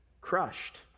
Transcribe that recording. crushed